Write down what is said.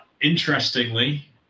Interestingly